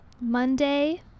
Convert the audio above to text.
monday